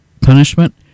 punishment